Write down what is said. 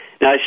Now